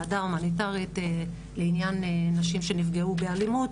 בכמה דנתם, כמה מהם מקרי אלימות,